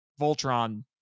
Voltron